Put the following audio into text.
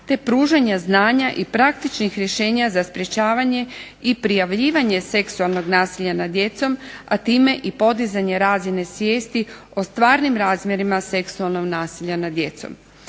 te pružanja znanja i praktičnih rješenja za sprječavanje i prijavljivanje seksualnog nasilja nad djecom, a time i podizanje razine svijesti o stvarnim razmjerima seksualnog nasilja nad djecom.